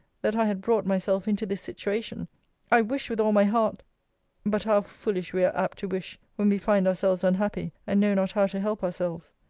that i had brought myself into this situation i wish with all my heart but how foolish we are apt to wish when we find ourselves unhappy, and know not how to help ourselves!